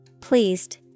Pleased